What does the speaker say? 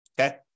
okay